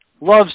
Loves